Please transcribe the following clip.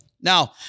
Now